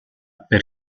per